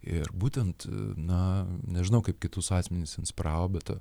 ir būtent na nežinau kaip kitus asmenis inspiravo bet